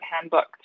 handbook